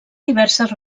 diverses